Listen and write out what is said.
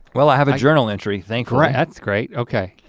well i have a journal entry, thankfully. that's great, okay.